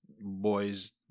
boys